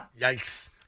Yikes